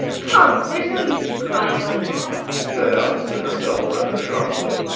come, there's no use in crying like that said alice to herself, rather sharply